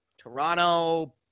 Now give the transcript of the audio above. Toronto –